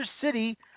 City